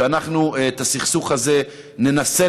שאנחנו את הסכסוך הזה ננסה,